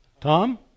Tom